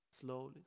slowly